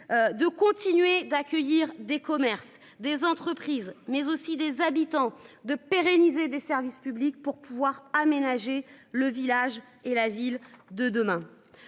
De continuer d'accueillir des commerces des entreprises mais aussi des habitants de pérenniser des services publics pour pouvoir aménager le village et la ville de demain.